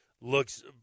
looks